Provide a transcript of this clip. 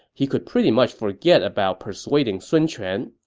he could pretty much forget about persuading sun quan.